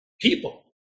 people